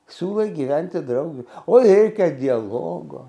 siūlai gyventi draug oi reikia dialogo